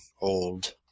old